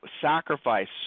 sacrifice